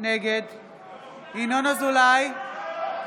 נגד בושה.